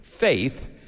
faith